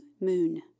Moon